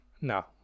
No